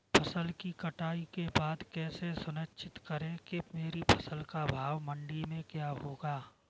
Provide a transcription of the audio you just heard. फसल की कटाई के बाद कैसे सुनिश्चित करें कि मेरी फसल का भाव मंडी में क्या होगा?